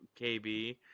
KB